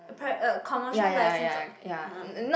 a par~ a commercial license uh ah